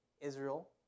Israel